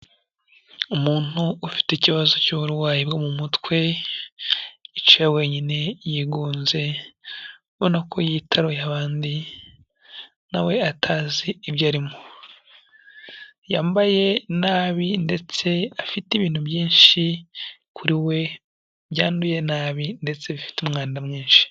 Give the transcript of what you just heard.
Umuntu ufite ikibazo cy'uburwayi bwo mu mutwe, yicaye wenyine yigunze ubona ko yitaruye abandi nawe atazi ibyo arimo, yambaye nabi ndetse afite ibintu byinshi kuri we byanduye nabi ndetse bifite umwanda mwinshi.